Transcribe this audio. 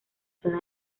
zona